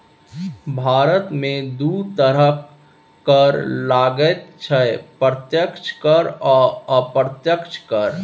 भारतमे दू तरहक कर लागैत छै प्रत्यक्ष कर आ अप्रत्यक्ष कर